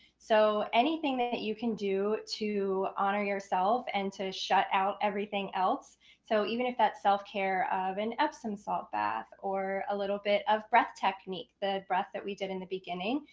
so anything that you can do to honor yourself and to shut out everything else so even if that's self care of an epsom salt bath, or a little bit of breath technique, the breath that we did in the beginning,